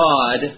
God